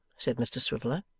said mr swiveller,